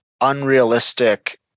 unrealistic